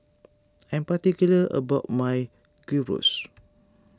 I am particular about my Gyros